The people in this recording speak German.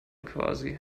quasi